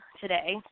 today